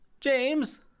James